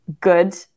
good